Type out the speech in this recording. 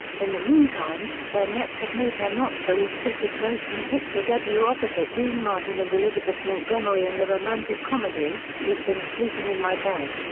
in the meantime, burnett had made her not-so-auspicious motion-picture debut opposite dean martin and elizabeth montgomery in the romantic comedy, who's been sleeping in my bed.